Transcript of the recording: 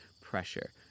pressure